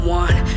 one